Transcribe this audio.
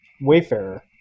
Wayfarer